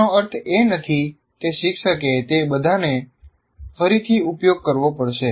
તેનો અર્થ એ નથી કે શિક્ષકે તે બધાનો ફરીથી ઉપયોગ કરવો પડશે